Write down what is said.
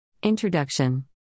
Introduction